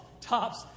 tops